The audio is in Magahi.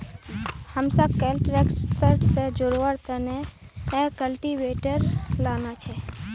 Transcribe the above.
हमसाक कैल ट्रैक्टर से जोड़वार तने कल्टीवेटर लाना छे